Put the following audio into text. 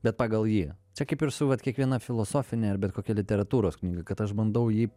bet pagal jį čia kaip ir su vat kiekviena filosofine ar bet kokia literatūros knyga kad aš bandau jį